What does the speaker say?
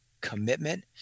commitment